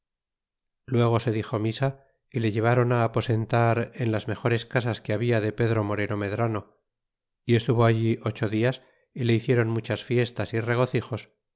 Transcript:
luego se dixo misa y le llevaron aposentar en las mejores casas que habla de pedro moreno medran y estuvo allí ocho dias y le hicieron muchas fiestas y regocijos